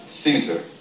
Caesar